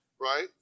right